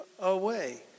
away